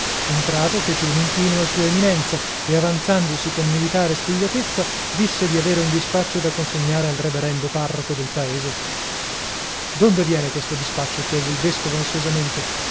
entrato fece un inchino a sua eminenza e avanzandosi con militare spigliatezza disse di avere un dispaccio da consegnare al reverendo parroco del paese donde viene questo dispaccio chiese il vescovo ansiosamente